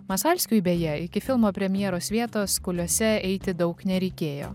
masalskiui beje iki filmo premjeros vietos kuliuose eiti daug nereikėjo